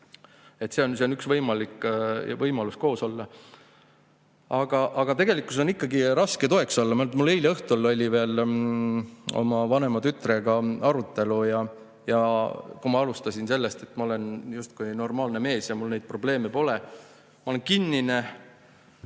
See on üks võimalus koos olla. Aga tegelikkuses on ikkagi raske toeks olla. Mul eile õhtul oli veel oma vanema tütrega arutelu ja kui ma alustasin sellest, et ma olen justkui normaalne mees ja mul neid probleeme pole, ma olen kinnine,